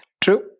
True